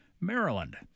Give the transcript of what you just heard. Maryland